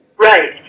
Right